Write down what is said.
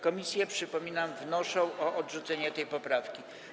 Komisje, przypominam, wnoszą o odrzucenie tej poprawki.